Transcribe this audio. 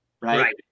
right